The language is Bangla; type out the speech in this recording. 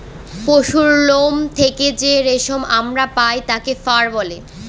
পশুরলোম থেকে যে রেশম আমরা পায় তাকে ফার বলে